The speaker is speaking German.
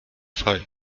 fall